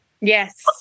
Yes